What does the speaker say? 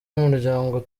umuryango